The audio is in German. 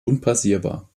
unpassierbar